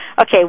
okay